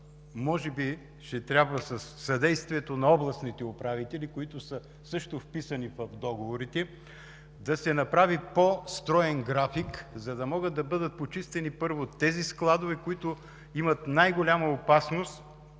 може би ще трябва със съдействието на областните управители, които също са вписани в договорите, да се направи по-строен график, за да могат да бъдат почистени първо тези складове, които съдържат най-голяма опасност.